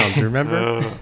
remember